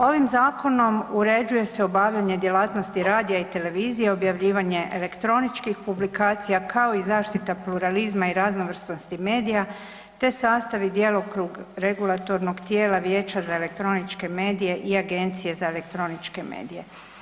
Ovim zakonom uređuje se obavljanje djelatnosti radija i televizije, objavljivanje elektroničkih publikacija, kao i zaštita pluralizma i raznovrsnosti medija, te sastav i djelokrug regulatornog tijela Vijeća za elektroničke medije i Agencije za elektroničke medije.